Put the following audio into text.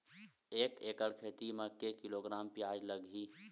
एक एकड़ खेती म के किलोग्राम प्याज लग ही?